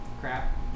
crap